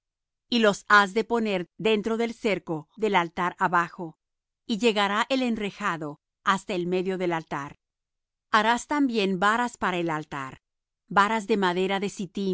y lo has de poner dentro del cerco del altar abajo y llegará el enrejado hasta el medio del altar harás también varas para el altar varas de madera de